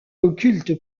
occulte